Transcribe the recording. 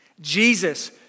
Jesus